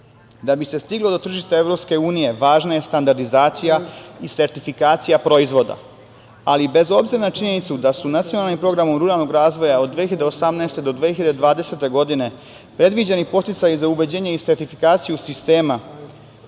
bi se stiglo do tržišta EU važna je standardizacija i sertifikacija proizvoda, ali bez obzira na činjenicu da su nacionalnim programom ruralnog razvoja od 2018. godine do 2020. godine predviđeni podsticaji za uvođenje i sertifikaciju sistema